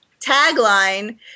tagline